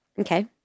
Okay